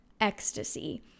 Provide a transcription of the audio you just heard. ecstasy